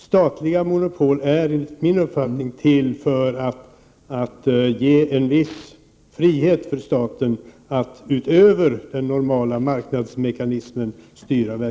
Statliga monopol är enligt min uppfattning till för att ge staten en viss frihet att styra verksamheten utöver den styrning som de normala marknadsmekanismerna står för.